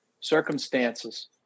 circumstances